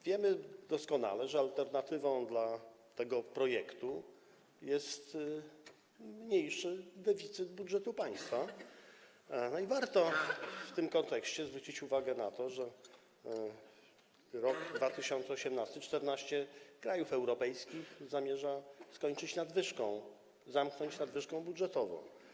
Wiemy doskonale, że alternatywą dla tego projektu jest mniejszy deficyt budżetu państwa i warto w tym kontekście zwrócić uwagę na to, że 2018 r. 14 krajów europejskich zamierza skończyć nadwyżką, zamknąć nadwyżką budżetową.